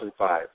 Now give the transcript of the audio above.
2005